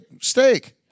steak